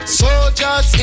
soldiers